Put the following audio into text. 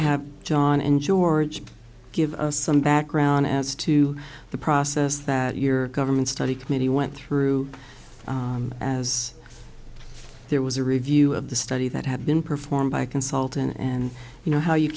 have john and george give us some background as to the process that your government study committee went through as there was a review of the study that had been performed by consulting and you know how you